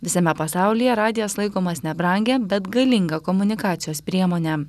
visame pasaulyje radijas laikomas nebrangia bet galinga komunikacijos priemone